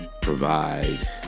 Provide